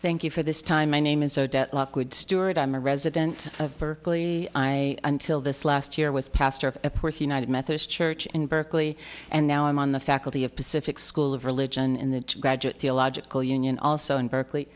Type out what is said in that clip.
thank you for this time my name is odette lockwood steward i'm a resident of berkeley i until this last year was pastor of a port united methodist church in berkeley and now i'm on the faculty of pacific school of religion in the graduate theological union also in berkeley